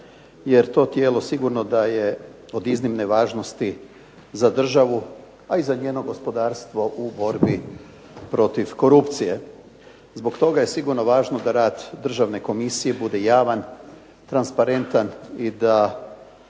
jer to tijelo sigurno da je od iznimne važnosti za državu a i za njeno gospodarstvo u borbi protiv korupcije. Zbog toga je sigurno važno da rad državne komisije bude javan, transparentan i da